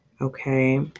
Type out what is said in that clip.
Okay